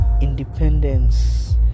independence